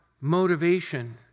motivation